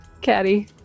caddy